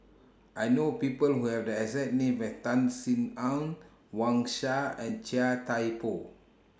I know People Who Have The exact name as Tan Sin Aun Wang Sha and Chia Thye Poh